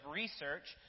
research